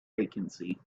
vacancy